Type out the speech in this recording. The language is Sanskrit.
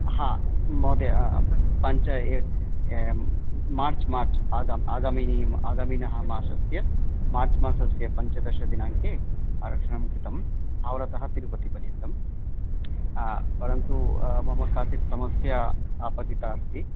हा महोदय पञ्च मार्च् मार्च् आगाम् आगमिनः मा आगामिनः मासस्य मार्च् मासस्य पञ्चदशदिनाङ्के आरक्षणं कृतं हाव्डतः तिरुपतिपर्यन्तं परन्तु मम काचित् समस्या आपतिता अस्ति